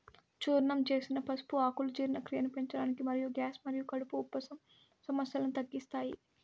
చూర్ణం చేసిన పసుపు ఆకులు జీర్ణక్రియను పెంచడానికి మరియు గ్యాస్ మరియు కడుపు ఉబ్బరం సమస్యలను తగ్గిస్తాయి